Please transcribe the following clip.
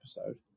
episode